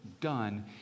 done